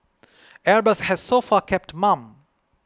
Airbus has so far kept mum